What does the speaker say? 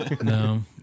No